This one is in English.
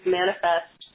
manifest